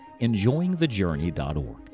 EnjoyingTheJourney.org